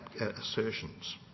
assertions